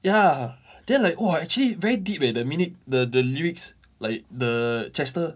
ya then like !wah! actually very deep leh the meaning the the lyrics like the chester